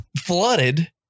flooded